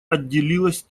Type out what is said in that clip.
отделилось